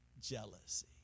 jealousy